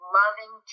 loving